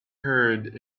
heard